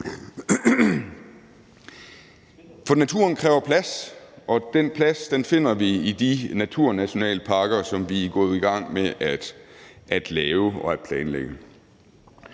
For naturen kræver plads, og den plads finder vi i de naturnationalparker, som vi er gået i gang med at lave og at planlægge.